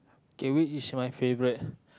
K which is my favourite